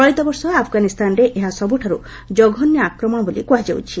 ଚଳିତବର୍ଷ ଆଫଗାନିସ୍ଥାନରେ ଏହା ସବୂଠାର୍ କଘନ୍ୟ ଆକ୍ମଣ ବୋଲି କୁହାଯାଉଛି